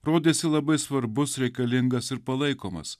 rodėsi labai svarbus reikalingas ir palaikomas